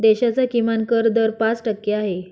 देशाचा किमान कर दर पाच टक्के आहे